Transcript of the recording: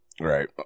right